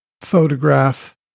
photograph